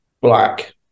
black